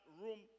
room